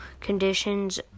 conditions